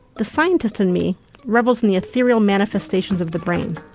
the scientist in me revels in the ethereal manifestations of the brain,